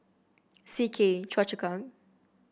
C K